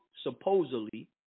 supposedly